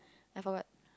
I forgot